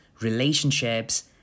relationships